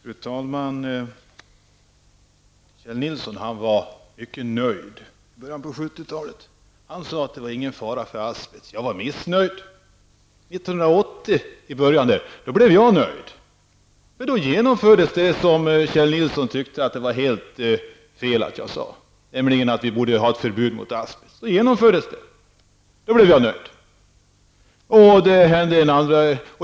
Fru talman! Kjell Nilsson var mycket nöjd redan på 70-talet. Han sade att det inte var någon fara med asbest. Jag var missnöjd. I början av 80-talet blev jag nöjd. Då genomfördes det som jag ville men som Kjell Nilsson tyckte var fel, nämligen förbud mot asbest. Då blev jag som sagt nöjd.